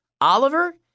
Oliver